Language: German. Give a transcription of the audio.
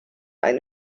eine